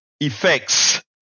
effects